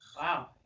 wow